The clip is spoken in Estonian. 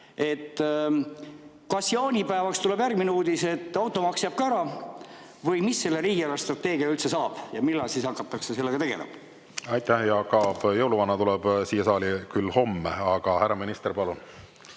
Kas jaanipäevaks tuleb järgmine uudis, et automaks jääb ka ära, või mis selle riigi eelarvestrateegiaga üldse saab? Ja millal hakatakse sellega tegelema? Aitäh, Jaak Aab! Jõuluvana tuleb siia saali küll homme. Aga, härra minister, palun!